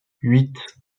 huit